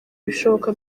ibishoboka